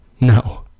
No